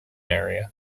area